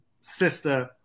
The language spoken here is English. sister